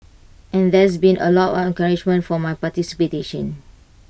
and there's been A lot of encouragement for my participation